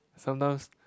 sometimes